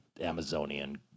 Amazonian